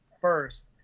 first